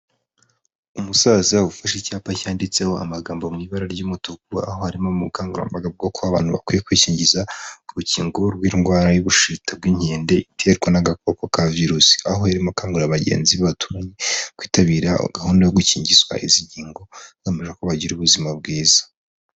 Umusaza ufashe icyapa cyanditseho amagambo mu ibara ry'umutuku, aho ari mu bukangurambaga bw'uko abantu bakwiye kwishingiza urukingo rw'indwara y'ubushita bw'inkende, iterwa n'agakoko ka virusi. Aho yari arimo akangurira bagenzi be baturanye, kwitabira gahunda yo gukingizwa izi nkingo hagamijwe ko bagira ubuzima bwiza.